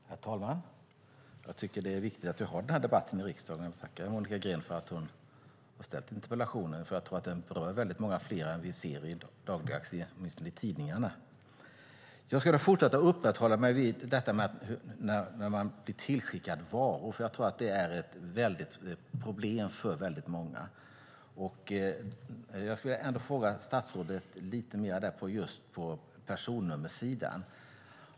Herr talman! Jag tycker att det är viktigt att vi har den här debatten i riksdagen. Jag tackar Monica Green för att hon har ställt interpellationen. Jag tror att den berör många fler än dem vi ser dagligdags, åtminstone i tidningarna. Jag ska uppehålla mig vid situationen när man blir tillskickad varor, för jag tror att det är ett stort problem för många. Jag skulle vilja fråga statsrådet något just när det gäller personnummersidan.